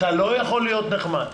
אתה לא יכול להיות נחמד.